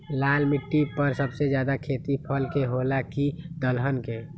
लाल मिट्टी पर सबसे ज्यादा खेती फल के होला की दलहन के?